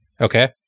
Okay